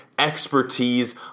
expertise